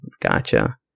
Gotcha